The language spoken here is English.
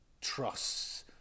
trusts